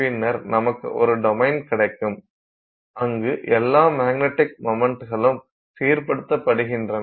பின்னர் நமக்கு ஒரு டொமைன் கிடைக்கும் அங்கு எல்லா மேக்னடிக் மொமண்ட்களும் சீர்படுத்தப்படுகின்றன